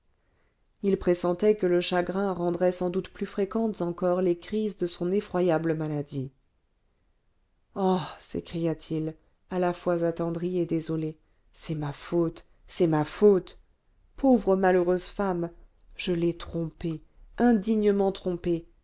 il pressentait que le chagrin rendrait sans doute plus fréquentes encore les crises de son effroyable maladie oh s'écria-t-il à la fois attendri et désolé c'est ma faute c'est ma faute pauvre malheureuse femme je l'ai trompée indignement trompée